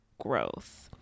growth